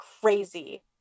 crazy